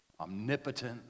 omnipotent